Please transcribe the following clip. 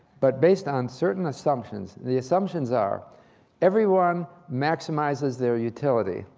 but based on certain assumptions the assumptions are everyone maximizes their utility.